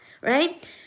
right